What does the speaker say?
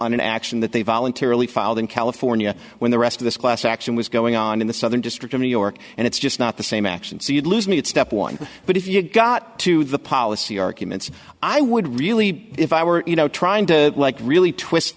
recover an action that they voluntarily filed in california when the rest of this class action was going on in the southern district of new york and it's just not the same action so you'd lose me at step one but if you got to the policy arguments i would really be if i were you know trying to like really twist